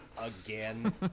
again